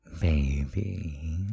baby